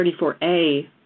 34a